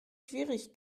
schwierig